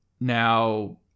now